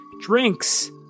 drinks